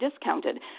discounted